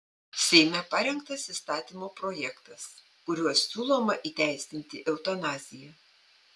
seime parengtas įstatymo projektas kuriuo siūloma įteisinti eutanaziją